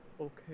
okay